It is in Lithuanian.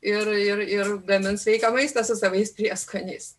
ir ir ir gamins sveiką maistą su savais prieskoniais